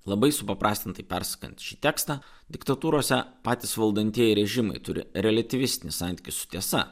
labai supaprastintai perskaitę šį tekstą diktatūrose patys valdantieji režimai turi reliatyvistinį santykį su tiesa